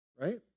right